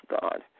God